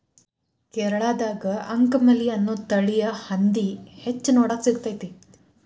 ಕೇರಳದಾಗ ಅಂಕಮಲಿ ಅನ್ನೋ ತಳಿಯ ಹಂದಿ ಹೆಚ್ಚ ನೋಡಾಕ ಸಿಗ್ತೇತಿ